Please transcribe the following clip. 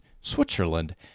Switzerland